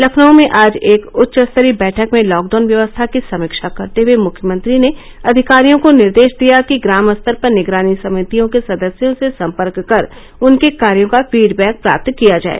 लखनऊ में आज एक उच्च स्तरीय बैठक में लॉकडाउन व्यवस्था की समीक्षा करते हुए मुख्यमंत्री ने अधिकारियों को निर्देश दिया कि ग्राम स्तर पर निगरानी समितियों के सदस्यों से संपर्क कर उनके कार्यो का फीडबैक प्राप्त किया जाए